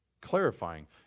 clarifying